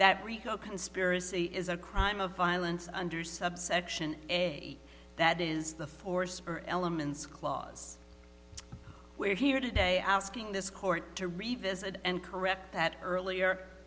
that rico conspiracy is a crime of violence under subsection a that is the force or elements clause where here today asking this court to revisit and correct that earlier